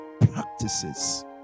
Practices